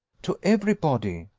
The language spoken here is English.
to every body.